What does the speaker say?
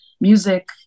music